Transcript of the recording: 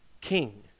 King